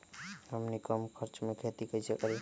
हमनी कम खर्च मे खेती कई से करी?